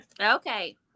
Okay